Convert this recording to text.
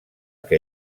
que